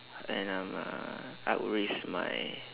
and um uh I would risk my